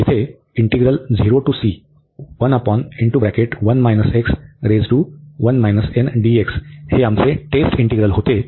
तर येथे हे आमचे टेस्ट इंटीग्रल होते